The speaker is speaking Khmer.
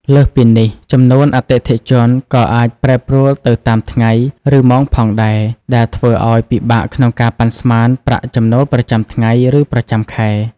លើសពីនេះ ចំនួនអតិថិជនក៏អាចប្រែប្រួលទៅតាមថ្ងៃ ឬម៉ោងផងដែរ ដែលធ្វើឱ្យពិបាកក្នុងការប៉ាន់ស្មានប្រាក់ចំណូលប្រចាំថ្ងៃ ឬប្រចាំខែ។